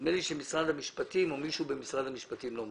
נדמה לי שמשרד המשפטים או מישהו במשרד המשפטים לא מסכים.